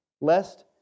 lest